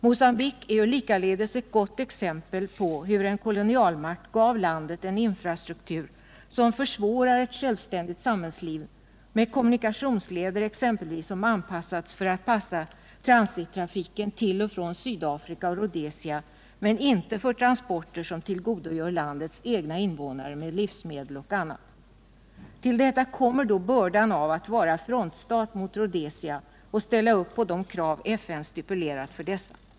Mocambique är likaledes ett gott exempel på hur en kolonialmakt gav landet en infrastruktur som försvårar ett självständigt samhällsliv, med kommunikationsleder exempelvis som anpassats för transittrafiken till och från Sydafrika och Rhodesia men inte för transporter som tillgodogör landets egna invånare med livsmedel och annat. Till detta kommer då bördan av att vara frontstat mot Rhodesia och ställa upp på de krav som FN stipulerat för dessa.